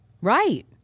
Right